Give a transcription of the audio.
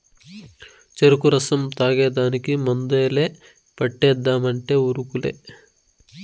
చెరుకు రసం తాగేదానికి ముందలే పంటేద్దామంటే ఉరుకులే